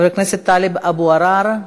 חבר הכנסת טלב אבו עראר.